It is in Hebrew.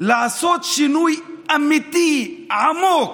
לעשות שינוי אמיתי, עמוק,